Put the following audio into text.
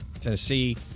Tennessee